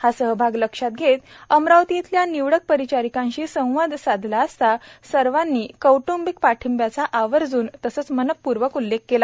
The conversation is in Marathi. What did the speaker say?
हा सहभाग लक्षात घेत अमरावती इथल्या निवडक परिचारिकांशी संवाद साधला असता सर्वांनी कौटंबिक पाठिंब्याचा आवर्जून तसेच मनःपूर्वक उल्लेख केला